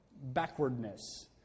backwardness